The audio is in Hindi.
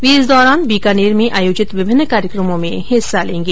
वे इस दौरान बीकानेर में आयोजित विभिन्न कार्यक्रमों में हिस्सा लेंगे